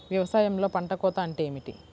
వ్యవసాయంలో పంట కోత అంటే ఏమిటి?